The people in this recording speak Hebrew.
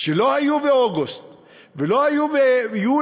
שלא היו באוגוסט ולא היו ביולי,